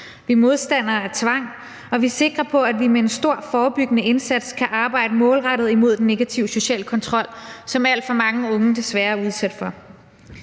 er modstandere af tvang, og vi er sikre på, at vi med en stor forebyggende indsats kan arbejde målrettet imod den negative sociale kontrol, som alt for mange år unge desværre er udsat for.